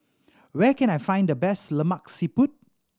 where can I find the best Lemak Siput